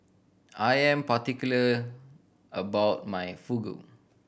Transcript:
I am particular about my Fugu